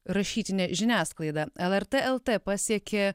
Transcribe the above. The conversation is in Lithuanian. rašytinė žiniasklaida lrt lt pasiekė